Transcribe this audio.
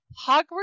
Hogwarts